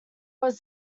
was